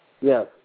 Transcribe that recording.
Yes